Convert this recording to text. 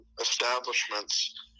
establishments